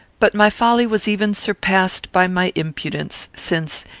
but my folly was even surpassed by my impudence, since,